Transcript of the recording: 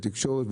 לתקשורת.